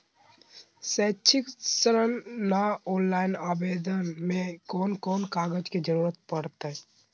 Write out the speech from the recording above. शैक्षिक ऋण ला ऑनलाइन आवेदन में कौन कौन कागज के ज़रूरत पड़तई?